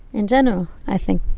in general, i think,